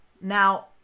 Now